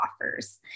offers